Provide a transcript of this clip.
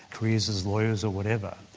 careers as lawyers or whatever.